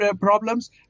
problems